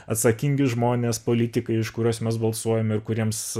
atsakingi žmonės politikaiiš kuriuos mes balsuojam ir kuriems